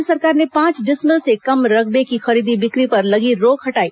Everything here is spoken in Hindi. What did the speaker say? राज्य सरकार ने पांच डिसमिल से कम रकबे की खरीदी बिक्री पर लगी रोक हटाई